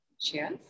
Cheers